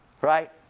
Right